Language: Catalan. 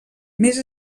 més